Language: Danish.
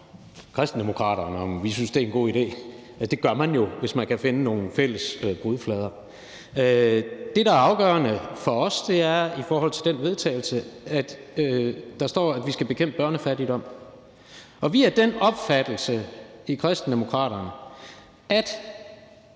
Kristendemokraterne, om vi synes, det er en god idé. Altså, det gør man jo, hvis man kan finde nogle fælles brudflader. Det, der er afgørende for os i forhold til det forslag til vedtagelse, er, at der står, at vi skal bekæmpe børnefattigdom. Vi er af den opfattelse i Kristendemokraterne, at